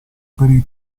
per